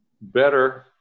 better